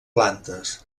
plantes